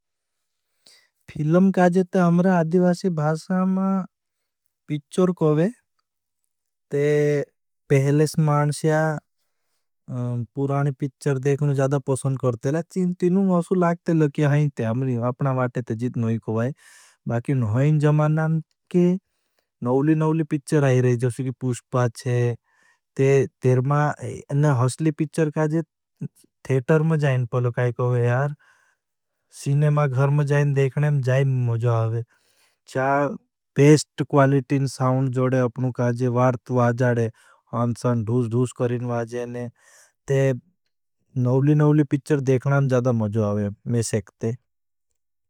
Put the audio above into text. फिलम काजे ते हमरा अधिवासी भासा मा पिच्चर कोई। ते पहले से मानश्या पुराने पिच्चर देखने ज़्यादा पसंग करते ला, तीनुं असु लागते ला कि हैं ते। अपना वाटे ते जित नहीं कोई, बाकि नहीं जमानां के नौवली नौवली पिच्चर आई पुष्पा चे। ते तेर मा अन्हें हसली पिच्चर काजे थेटर में जाएं पलो काई कोई यार सीने मा घर में जाएं देखने में जाएं मज़ो आओएं। चाएं पेस्ट क्वालिटीन साउन जोड़े अपनु काजे वार्थ वाजाडे। अन्सान धूस धूस करें वाजेन ते नौवली नौवली पिच्चर देखना में जादा मज़ो आओएं, में सेखते।